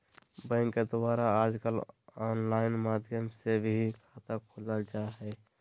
bank के द्वारा आजकल आनलाइन माध्यम से भी खाता खोलल जा हइ